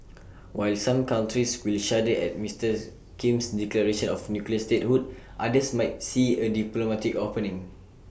while some countries will shudder at Mister's Kim's declaration of nuclear statehood others might see A diplomatic opening